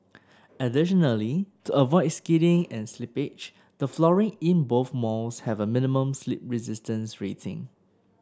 additionally to avoid skidding and slippage the flooring in both malls have a minimum slip resistance rating